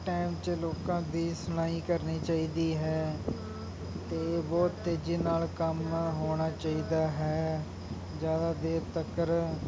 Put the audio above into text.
time 'ਚ ਲੋਕਾਂ ਦੀ ਸੁਣਵਾਈ ਕਰਨੀ ਚਾਹੀਦੀ ਹੈ ਅਤੇ ਬਹੁਤ ਤੇਜ਼ੀ ਨਾਲ ਕੰਮ ਹੋਣਾ ਚਾਹੀਦਾ ਹੈ ਜ਼ਿਆਦਾ ਦੇਰ ਤੱਕ